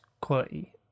quality